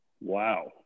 Wow